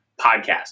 podcast